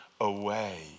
away